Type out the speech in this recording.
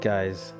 Guys